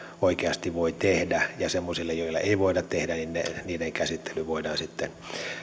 oikeasti voi tehdä ja semmoisten joille ei voida tehdä käsittely voidaan sitten